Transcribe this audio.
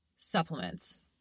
supplements